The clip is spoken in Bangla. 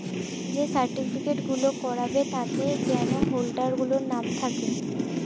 যে সার্টিফিকেট গুলো করাবে তাতে যেন হোল্ডার গুলোর নাম থাকে